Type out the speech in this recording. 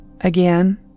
Again